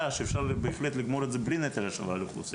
שאפשר בהחלט לגמור את זה בלי נטל על האוכלוסייה.